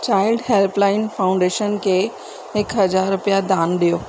child helpline foundation खे हिकु हज़ारु रुपिया दान ॾियो